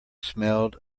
smelled